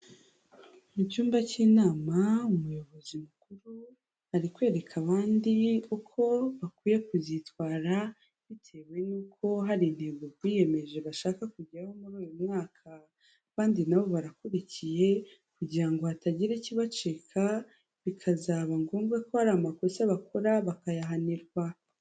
Mu cyumba cy'inama, umuyobozi mukuru ari kwereka abandi uko bakwiye kuzitwara bitewe n'uko hari intego biyemeje bashaka kugeraho muri uyu mwaka. Abandi na bo barakurikiye kugira ngo hatagira ikibacika bikazaba ngombwa ko hari amakosa bakora bakayahanirwa.